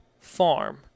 farm